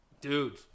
dude